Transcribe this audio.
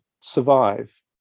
survive